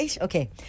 Okay